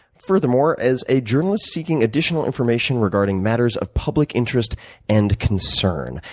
furthermore, as a journalist seeking additional information regarding matters of public interest and concern.